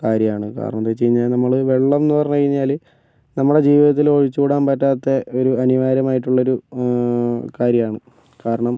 കാര്യമാണ് കാരണം എന്തെന്ന് വെച്ച് കഴിഞ്ഞാൽ നമ്മൾ വെള്ളം എന്ന് പറഞ്ഞു കഴിഞ്ഞാൽ നമ്മളുടെ ജീവിതത്തിൽ ഒഴിച്ച് കൂടാൻ പറ്റാത്ത ഒരു അനിവാര്യമായിട്ടുള്ളൊരു കാര്യമാണ് കാരണം